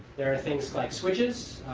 there are things like switches.